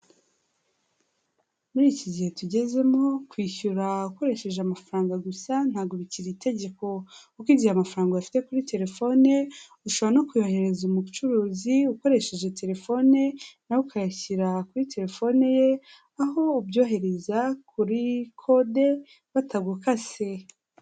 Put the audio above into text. Muri iki gihe tugezemo kwishyura ukoresheje amafaranga gusa, ntabwo bikiri itegeko, kuko igihe amafaranga uyafite kuri telefone ushobora no kuyoherereza umucuruzi ukoresheje telefone, na we ukayashyira kuri telefone ye, aho ubyohereza kuri kode batagukase.